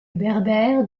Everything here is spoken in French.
berbère